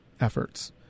efforts